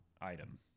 item